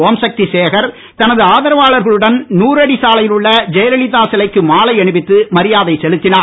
ஓம் சக்தி சேகர் தனது ஆதரவாளர்களுடன் நூறடி சாலையில் உள்ள ஜெயல லிதா சிலைக்கு மாலை அணிவித்து மரியாதை செலுத்தினார்